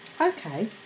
Okay